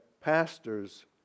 pastors